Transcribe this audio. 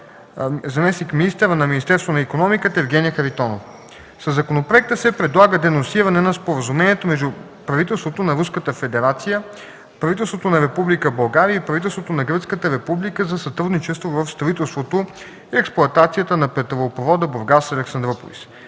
заместник-министъра на икономиката, енергетиката и туризма Евгения Харитонова. Със законопроекта се предлага денонсиране на Споразумението между правителството на Руската федерация, правителството на Република България и правителството на Гръцката република за сътрудничество в строителството и експлоатацията на петролопровода Бургас – Александруполис,